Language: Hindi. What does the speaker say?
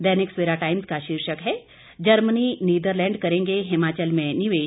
दैनिक सवेरा टाइम्स का शीर्षक है जर्मनी नीदरलैंड करेंगे हिमाचल में निवेश